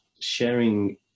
sharing